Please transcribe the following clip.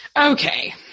Okay